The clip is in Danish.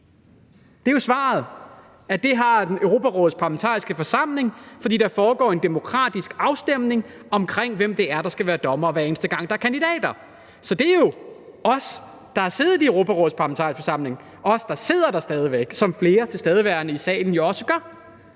Der er svaret jo, at det har Europarådets Parlamentariske Forsamling, fordi der foregår en demokratisk afstemning om, hvem det er, der skal være dommere, hver eneste gang der er kandidater. Så det er jo os, der har siddet i Europarådets Parlamentariske Forsamling, og os, der sidder der stadig væk, hvad flere af de tilstedeværende i salen også gør,